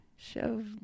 Show